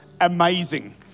amazing